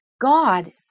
God